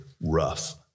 rough